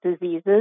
diseases